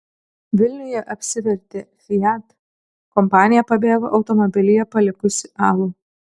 vilniuje apsivertė fiat kompanija pabėgo automobilyje palikusi alų